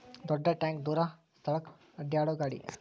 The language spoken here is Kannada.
ದೊಡ್ಡ ಟ್ಯಾಂಕ ದೂರ ಸ್ಥಳಕ್ಕ ಅಡ್ಯಾಡು ಗಾಡಿ